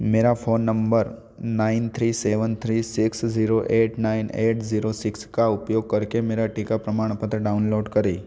मेरा phone number nine three seven three six zero eight nine eight zero six का उपयोग करके मेरा टीका प्रमाणपत्र डाउनलोड करें